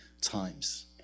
times